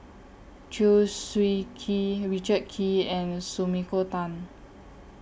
Chew Swee Kee Richard Kee and Sumiko Tan